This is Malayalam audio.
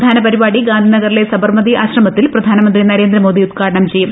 പ്രധാന പരിപാടി ഗാന്ധിനഗറിലെ സബർമതി ആശ്രമത്തിൽ പ്രധാനമന്ത്രി നരേന്ദ്ര മോദി ഉദ്ഘാടനം ചെയ്യും